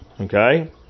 okay